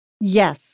Yes